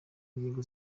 ingingo